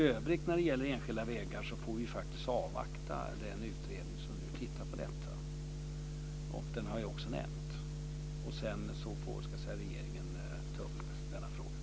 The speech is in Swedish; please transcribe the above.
Men när det gäller enskilda vägar i övrigt får vi faktiskt avvakta den utredning som tittar på detta och som jag har nämnt. Sedan får regeringen ta upp frågan.